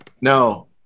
No